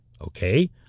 okay